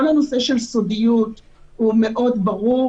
כל הנושא של סודיות הוא מאוד ברור.